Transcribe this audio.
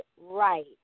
right